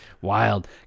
Wild